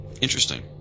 Interesting